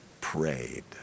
prayed